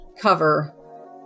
cover